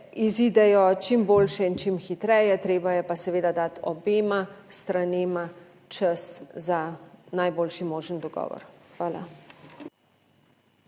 izidejo čim boljše in čim hitreje. Treba je pa seveda dati obema stranema čas za najboljši možen dogovor. Hvala.